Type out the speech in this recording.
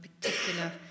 particular